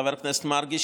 חבר הכנסת מרגי,